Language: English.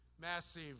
massive